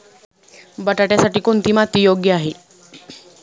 बटाट्यासाठी कोणती माती योग्य आहे?